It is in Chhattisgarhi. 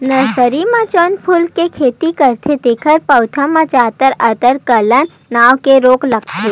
नरसरी म जउन फूल के खेती करथे तेखर पउधा म जादातर आद्र गलन नांव के रोग लगथे